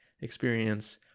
experience